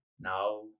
now